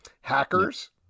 hackers